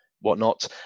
whatnot